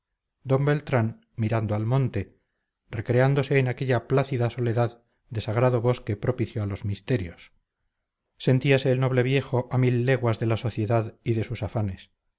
d beltrán mirando al monte recreándose en aquella plácida soledad de sagrado bosque propicio a los misterios sentíase el noble viejo a mil leguas de la sociedad y de sus afanes